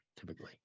typically